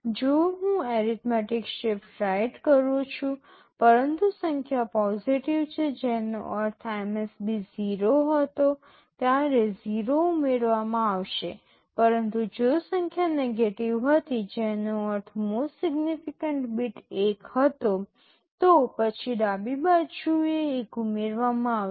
જો હું arithmetic shift right કરું છું પરંતુ સંખ્યા પોજિટિવ છે જેનો અર્થ MSB 0 હતો ત્યારે 0 ઉમેરવામાં આવશે પરંતુ જો સંખ્યા નેગેટિવ હતી જેનો અર્થ મોસ્ટ સિગ્નીફીકેન્ટ બીટ 1 હતો તો પછી ડાબી બાજુએ 1 ઉમેરવામાં આવશે